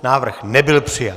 Návrh nebyl přijat.